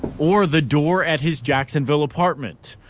or the door at his jacksonville apartment.